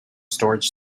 storage